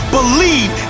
Believe